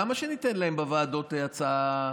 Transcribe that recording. למה שניתן להם בוועדות הצעה?